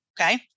Okay